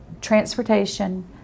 transportation